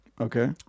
Okay